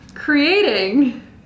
Creating